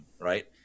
right